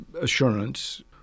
assurance